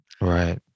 Right